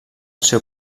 seu